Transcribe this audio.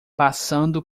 passando